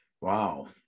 Wow